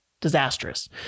disastrous